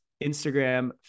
Instagram